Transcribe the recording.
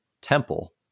temple